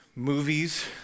Movies